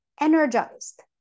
energized